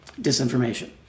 disinformation